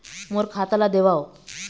मोर खाता ला देवाव?